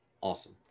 Awesome